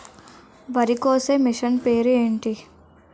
వరి కోసే మిషన్ పేరు ఏంటి